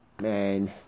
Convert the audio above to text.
Man